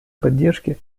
поддержки